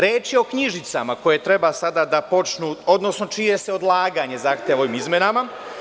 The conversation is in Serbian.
Reč je o knjižicama koje treba sada da počnu, odnosno čije se odlaganje zahteva ovim izmenama.